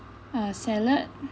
uh salad